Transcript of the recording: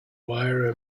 wire